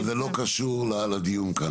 זה לא קשור לדיון כאן .